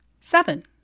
Seven